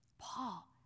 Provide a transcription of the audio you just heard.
Paul